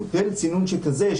מודל צינון שכזה,